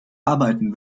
arbeiten